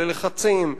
ללחצים.